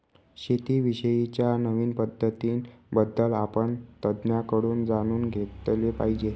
शेती विषयी च्या नवीन पद्धतीं बद्दल आपण तज्ञांकडून जाणून घेतले पाहिजे